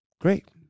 Great